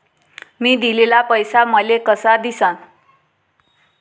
मी दिलेला पैसा मले कसा दिसन?